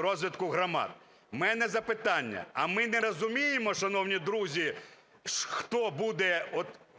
розвитку громад. В мене запитання. А ми не розуміємо, шановні друзі, хто буде